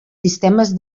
sistemes